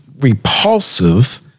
repulsive